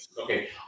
Okay